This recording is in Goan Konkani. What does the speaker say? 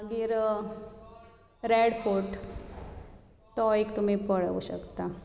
मागीर रेड फोर्ट तो एक तुमी पळोवं शकता